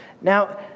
Now